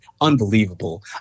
Unbelievable